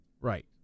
Right